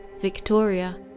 Victoria